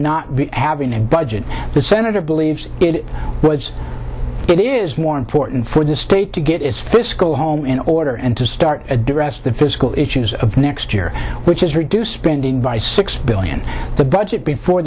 not having a budget the senator believes it it is more important for the state to get its fiscal home in order and to start address the fiscal issues of next year which is reduce spending by six billion the budget before